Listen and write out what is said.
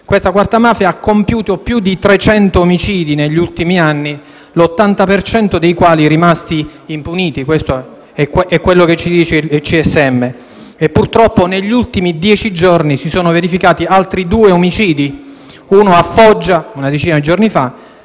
Questa quarta mafia ha compiuto più di 300 omicidi negli ultimi anni, l'80 per cento dei quali rimasti impuniti - questo è quello che ci dice il CSM - e purtroppo negli ultimi dieci giorni si sono verificati altri due omicidi: uno a Foggia, una decina di giorni fa,